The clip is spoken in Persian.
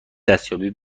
دستیابی